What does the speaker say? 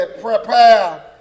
prepare